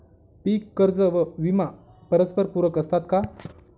पीक कर्ज व विमा परस्परपूरक असतात का?